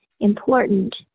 important